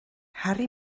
harri